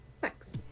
Thanks